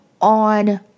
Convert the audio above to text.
on